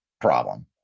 problem